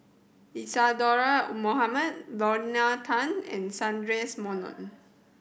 Isadhora Mohamed Lorna Tan and Sundaresh Menon